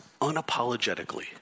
unapologetically